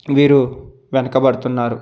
వీరు వెనకబడుతున్నారు